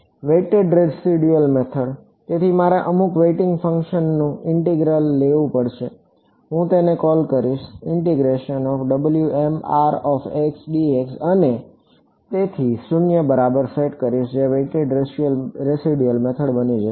weighted residual method તેથી મારે અમુક વેઇટીંગ ફંક્શનનું ઇન્ટિગ્રલ લેવું પડશે હું તેને કૉલ કરીશ અને તેને 0 ની બરાબર સેટ કરીશ જે વેઇટેડ રેસિડ્યુઅલ મેથડ બની જશે